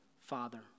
Father